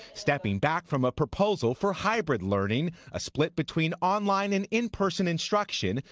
stepping back from a proposal for hybrid learning, a split between online and in person instruction.